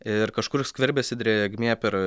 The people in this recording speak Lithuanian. ir kažkur skverbiasi drėgmė per